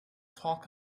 talk